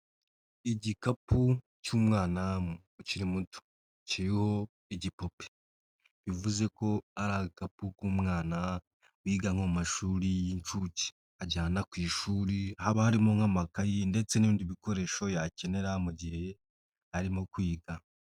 Igikapu cy'umwana ukiri muto, kiriho igipupe, bivuze ko ari agapu k'umwana wiga nko mu mashuri y'incuke, ajyana ku ishuri haba harimo nk'amakayi ndetse n'ibindi bikoresho yakenera mu gihe arimo kwiga.